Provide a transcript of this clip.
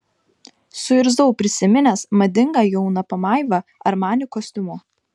suirzau prisiminęs madingą jauną pamaivą armani kostiumu